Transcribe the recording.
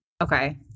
okay